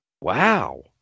wow